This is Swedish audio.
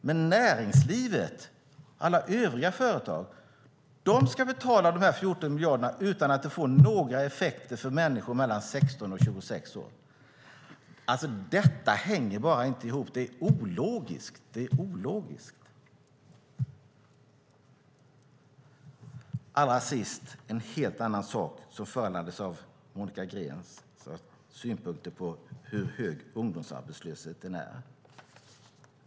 Men näringslivet, alla övriga företag, ska betala dessa 14 miljarder utan det får några effekter för människor mellan 16 och 26 år. Det hänger inte ihop. Det är ologiskt. Låt mig till sist ta upp en helt annan sak som föranleds av Monica Greens synpunkter på hur hög ungdomsarbetslösheten är.